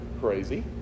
Crazy